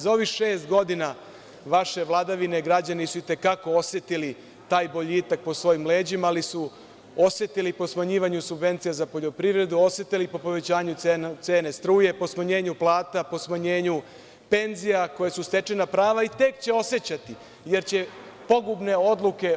Za ovih šest godina vaše vladavine građani su i te kako osetili taj boljitak po svojim leđima, ali su osetili i po smanjivanju subvencija za poljoprivredu, osetilu i po povećanju cene struje, po smanjenju plata, po smanjenju penzija koje su stečena prava, i tek će osećati jer će pogubne odluke